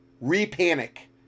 re-panic